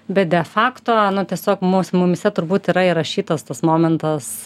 bet de facto tiesiog mus mumyse turbūt yra įrašytas tas momentas